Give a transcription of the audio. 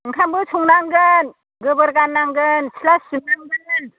ओंखामबो संनांगोन गोबोर गारनांगोन सिथ्ला सिबनांगोन